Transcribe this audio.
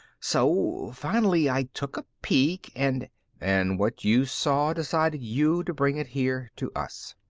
so finally i took a peek and and what you saw decided you to bring it here to us.